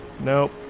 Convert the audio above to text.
Nope